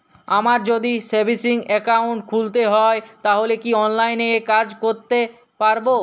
আমায় যদি savings account খুলতে হয় তাহলে কি অনলাইনে এই কাজ করতে পারবো?